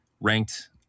ranked